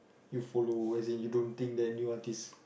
you follow why isn't you don't think that new artists